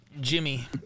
Jimmy